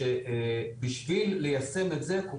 אני מתנצל מכל מי שבא אבל אני לא רוצה להיות פזיז עד שלא דיברתי עם שר